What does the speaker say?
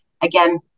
Again